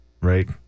right